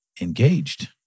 engaged